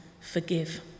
forgive